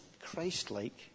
Christ-like